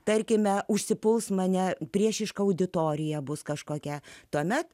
tarkime užsipuls mane priešiška auditorija bus kažkokia tuomet